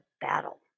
battle